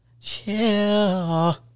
chill